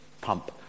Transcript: pump